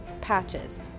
patches